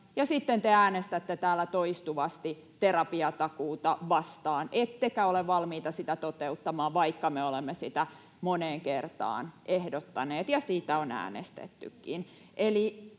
ja sitten te äänestätte täällä toistuvasti terapiatakuuta vastaan ettekä ole valmiita sitä toteuttamaan, vaikka me olemme sitä moneen kertaan ehdottaneet ja siitä on äänestettykin.